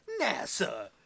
NASA